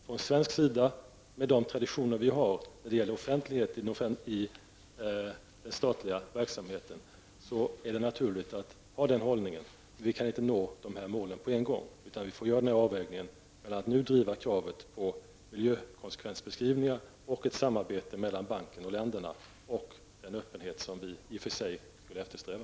Från svensk sida, med de traditioner vi har när det gäller offentlighet i den statliga verksamheten, är det naturligt att ha den hållningen. Vi kan inte nå dessa mål på en gång, utan vi får göra en avvägning mellan att nu driva kravet på miljökonsekvensbeskrivningar, ett samarbete mellan banken och länderna, och den öppenhet som vi i och för sig vill eftersträva.